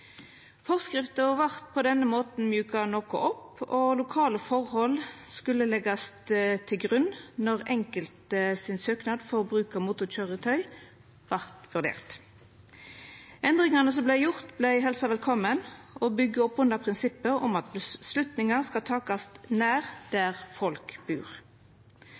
Forskrifta vart på denne måten mjuka noko opp, og lokale forhold skulle leggjast til grunn når enkeltsøknader for bruk av motorkøyretøy vart vurderte. Endringane som vart gjorde, vart helsa velkomne og byggjer opp under prinsippet om at avgjerder skal takast nær der folk bur.